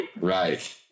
right